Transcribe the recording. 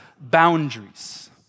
boundaries